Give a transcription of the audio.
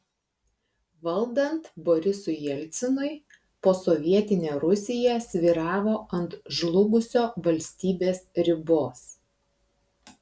valdant borisui jelcinui posovietinė rusija svyravo ant žlugusio valstybės ribos